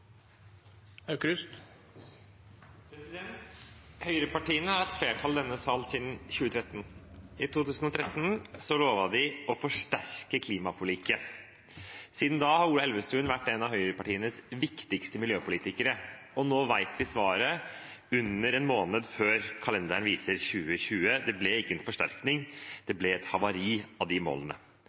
Høyrepartiene har hatt flertall i denne sal siden 2013. I 2013 lovet de å forsterke klimaforliket. Siden da har Ola Elvestuen vært en av høyrepartienes viktigste miljøpolitikere, og nå vet vi svaret – under en måned før kalenderen viser 2020: Det ble ikke en forsterkning; det ble et havari av de målene.